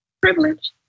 Privilege